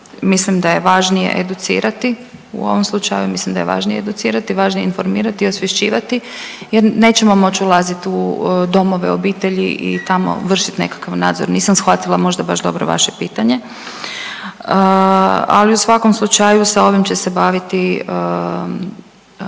mislim da je važnije educirati u ovom slučaju. Mislim da je važnije educirati, važnije je informirati, osvješćivati jer nećemo moći ulaziti u domove, obitelji i tamo vršiti nekakav nadzor. Nisam shvatila možda baš dobro vaše pitanje, ali u svakom slučaju sa ovim će se baviti